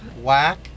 Whack